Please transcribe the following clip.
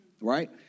Right